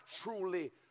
truly